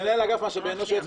מנהל אגף משאבי אנוש.